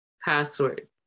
password